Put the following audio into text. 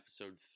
episode